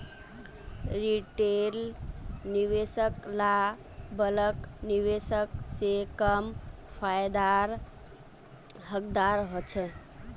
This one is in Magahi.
रिटेल निवेशक ला बल्क निवेशक से कम फायेदार हकदार होछे